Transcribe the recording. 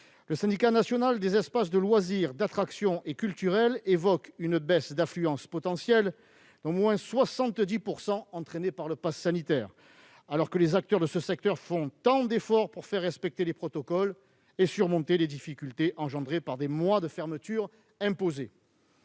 Le Syndicat national des espaces de loisirs, d'attractions et culturels évoque une baisse d'affluence potentielle d'au moins 70 % en raison du passe sanitaire, alors que les acteurs du secteur font tant d'efforts pour faire respecter les protocoles et surmonter les difficultés créées par des mois de fermeture imposée.